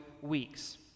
weeks